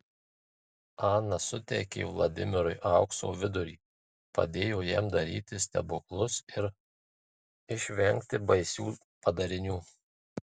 ana suteikė vladimirui aukso vidurį padėjo jam daryti stebuklus ir išvengti baisių padarinių